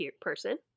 person